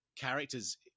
characters